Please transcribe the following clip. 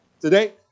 today